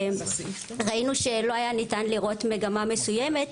וראינו שלא ניתן היה לראות מגמה מסוימת,